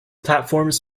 platforms